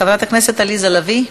חברת הכנסת עליזה לביא.